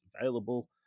available